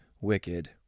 wicked